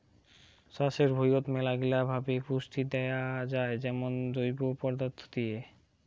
চাষের ভুঁইয়ত মেলাগিলা ভাবে পুষ্টি দেয়া যাই যেমন জৈব পদার্থ দিয়ে